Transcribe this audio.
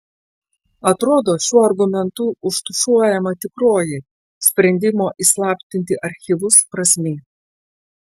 atrodo šiuo argumentu užtušuojama tikroji sprendimo įslaptinti archyvus prasmė